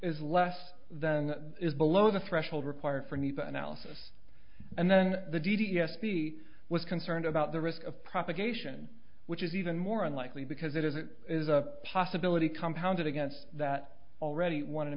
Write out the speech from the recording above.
is less than is below the threshold required for anything else and then the d s p was concerned about the risk of propagation which is even more unlikely because it is it is a possibility compounded against that already won a